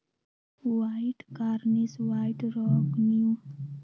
white Cornish, white rock, New Hampshire नस्ल के मुर्गियन माँस ला अच्छा होबा हई